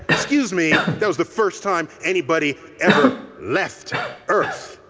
excuse me, that was the first time anybody ever left earth.